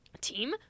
team